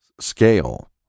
scale